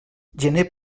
gener